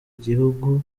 gihugu